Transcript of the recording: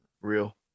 real